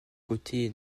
côté